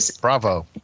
Bravo